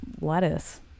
lettuce